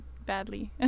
badly